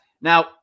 Now